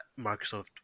Microsoft